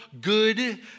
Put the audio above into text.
good